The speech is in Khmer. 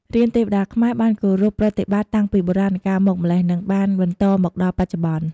រានទេវតាខ្មែរបានគោរពប្រតិបត្តិតាំងពីបុរាណកាលមកម្ល៉េះ និងបានបន្តមកដល់បច្ចុប្បន្ន។